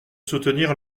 soutenir